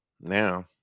now